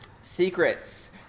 Secrets